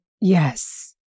Yes